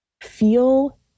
feel